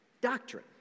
doctrine